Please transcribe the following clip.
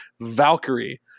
Valkyrie